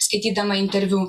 skaitydama interviu